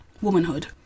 womanhood